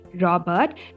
Robert